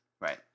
right